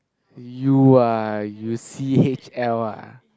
you ah you C_H_L ah